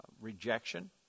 rejection